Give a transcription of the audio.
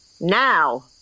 now